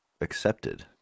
accepted